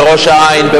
בראש-העין,